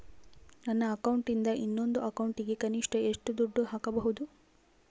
ನನ್ನ ಅಕೌಂಟಿಂದ ಇನ್ನೊಂದು ಅಕೌಂಟಿಗೆ ಕನಿಷ್ಟ ಎಷ್ಟು ದುಡ್ಡು ಹಾಕಬಹುದು?